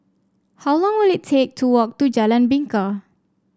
how long will it take to walk to Jalan Bingka